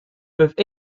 peuvent